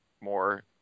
more